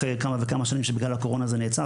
אחרי כמה וכמה שנים שבהן זה נעצר,